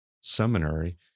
seminary